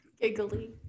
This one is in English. Giggly